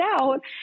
out